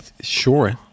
sure